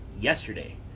yesterday